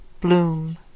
Bloom